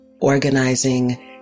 organizing